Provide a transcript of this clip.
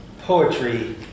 poetry